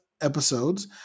episodes